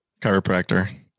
chiropractor